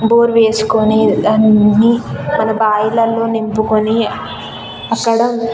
bore వేసుకొని అన్నీ మన బావిలలో నింపుకొని అక్కడ